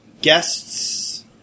guests